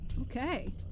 Okay